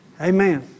Amen